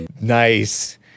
nice